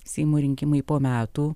seimo rinkimai po metų